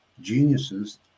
geniuses